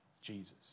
Jesus